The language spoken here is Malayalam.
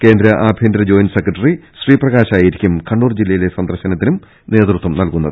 കേന്ദ്ര ആഭ്യന്തരി ജോയിന്റ് സെക്രട്ടറി ശ്രീപ്രകാശായിരിക്കും കണ്ണൂർ ജില്ലയിലെ സന്ദർശനത്തിന് നേതൃത്വം നൽകുന്നത്